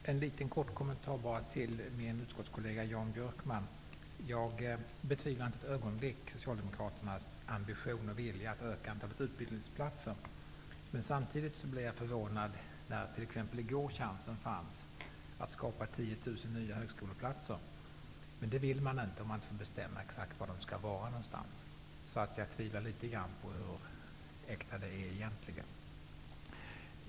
Herr talman! Jag vill bara ge en kort kommentar till min utskottskollega Jan Björkman. Jag betvivlar inte ett ögonblick socialdemokraternas ambition och vilja att öka antalet utbildningsplatser. Men samtidigt blev jag förvånad när chansen exempelvis i går fanns att skapa 10 000 nya högskoleplatser. Men det ville ni inte eftersom ni inte fick bestämma var de exakt skall vara. Därför tvivlar jag litet grand på hur äkta viljan egentligen är.